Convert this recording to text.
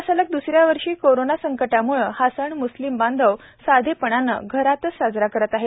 यंदा सलग द्सऱ्या वर्षी कोरोना संकटामुळं हा सण म्स्लीम बांधव साधेपणानं घरातच साजरा करत आहेत